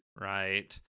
Right